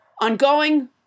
ongoing